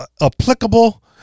applicable